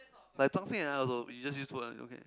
like Zhong-Xin and I also we just use phone one okay